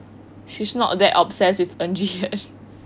she's not that obsessed with umji yet